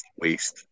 waste